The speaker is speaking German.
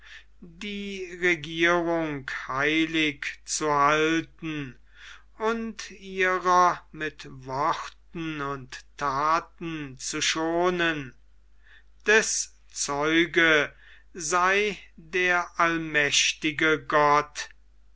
die regierung heilig zu halten und ihrer mit worten und thaten zu schonen deß zeuge sei der allmächtige gott